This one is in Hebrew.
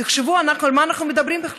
תחשבו על מה אנחנו מדברים כאן.